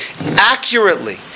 accurately